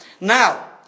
Now